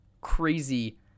crazy